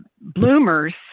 bloomers